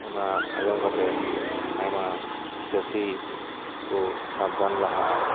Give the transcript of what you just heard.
ᱚᱱᱟ ᱟᱸᱡᱚᱢ ᱠᱟᱛᱮ ᱟᱭᱢᱟ ᱪᱟᱹᱥᱤ ᱠᱚ ᱥᱟᱵᱫᱷᱟᱱ ᱞᱟᱦᱟᱜᱼᱟ